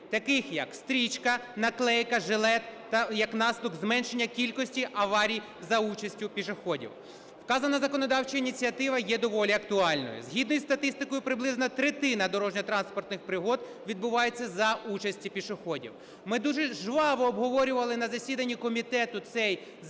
таких як стрічка, наклейка, жилет, та як наслідок зменшення кількості аварій за участю пішоходів. Вказана законодавча ініціатива є доволі актуальною. Згідно із статистикою приблизно третина дорожньо-транспортних пригод відбувається за участі пішоходів. Ми дуже жваво обговорювали на засіданні комітету цей законопроект